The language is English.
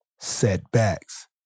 Setbacks